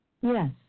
Yes